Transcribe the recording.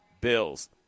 Bills